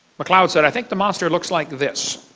mccloud said, i think the monster looks like this.